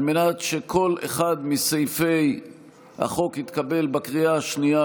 על מנת שכל אחד מסעיפי החוק יתקבל בקריאה השנייה,